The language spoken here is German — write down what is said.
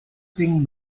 singen